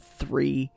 three